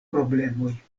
problemoj